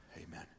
Amen